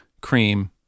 Cream